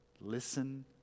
Listen